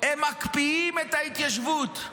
הם מקפיאים את ההתיישבות,